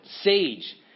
sage